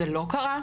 זה לא קרה.